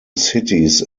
cities